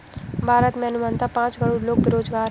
भारत में अनुमानतः पांच करोड़ लोग बेरोज़गार है